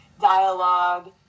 dialogue